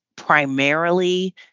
primarily